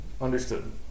Understood